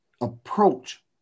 approach